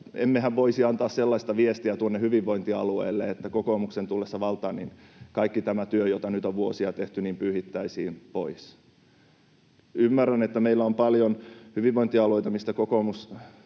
emmehän voisi antaa sellaista viestiä tuonne hyvinvointialueille, että kokoomuksen tullessa valtaan kaikki tämä työ, jota nyt on vuosia tehty, pyyhittäisiin pois. Ymmärrän, että meillä on paljon hyvinvointialueita, mistä kokoomus